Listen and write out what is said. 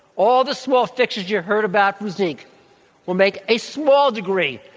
all the small fixes you heard about from zeke will make a small degree.